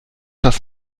das